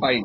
পায়নি